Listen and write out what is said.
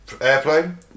airplane